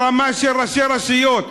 ברמה של ראשי רשויות,